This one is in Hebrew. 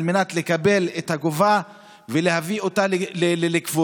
מנת לקבל את הגופה ולהביא אותה לקבורה.